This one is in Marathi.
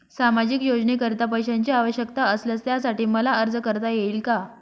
सामाजिक योजनेकरीता पैशांची आवश्यकता असल्यास त्यासाठी मला अर्ज करता येईल का?